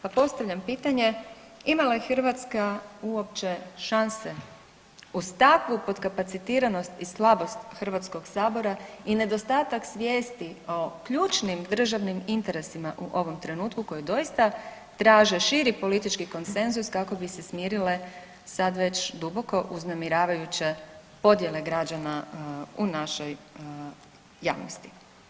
Pa postavljam pitanje, ima li Hrvatska uopće šanse uz takvu potkapacitiranost i slabost HS i nedostatak svijesti o ključnim državnim interesima u ovom trenutku koje doista traže širi politički konsenzus kako bi se smirile sad već duboko uznemiravajuće podjele građana u našoj javnosti.